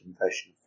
confession